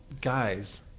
guys